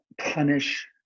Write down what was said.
punish